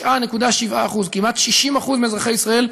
59.7% כמעט 60% מאזרחי ישראל,